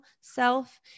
self